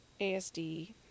ASD